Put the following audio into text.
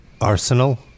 Arsenal